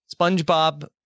SpongeBob